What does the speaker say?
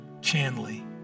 Chandley